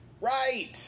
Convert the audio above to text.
Right